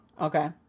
Okay